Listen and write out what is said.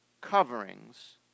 coverings